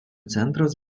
centras